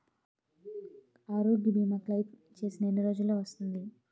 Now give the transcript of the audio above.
ఆరోగ్య భీమా క్లైమ్ చేసిన ఎన్ని రోజ్జులో వస్తుంది?